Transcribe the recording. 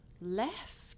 left